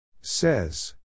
says